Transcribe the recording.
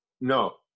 No